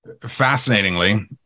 fascinatingly